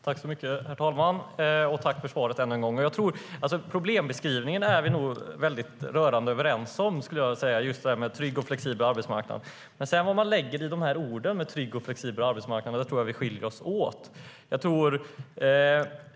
Herr talman! Tack än en gång för svaret! Problembeskrivningen är vi rörande överens om - en trygg och flexibel arbetsmarknad. Vad vi däremot lägger i orden trygg och flexibel arbetsmarknad är där vi skiljer oss åt.